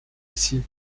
ici